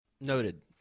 Noted